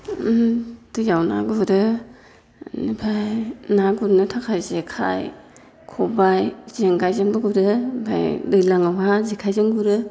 दैयाव ना गुरो बेनिफ्राय ना गुरनो थाखाय जेखाइ खबाइ जेंगायजोंबो गुरो ओमफाय दैलाङावहा जेखाइजों गुरो